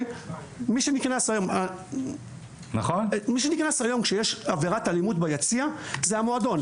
מי שנקנס היום כשיש עבירת אלימות ביציע זה המועדון.